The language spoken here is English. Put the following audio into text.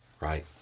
right